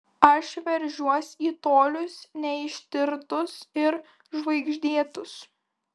aš veržiuos į tolius neištirtus ir žvaigždėtus